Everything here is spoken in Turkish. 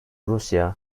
rusya